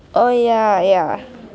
oh ya ya